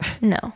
No